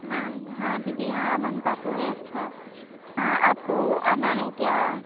हाँ हाँ दीदी हाँ बनता तो है अच्छा हाँ आपको आना है क्या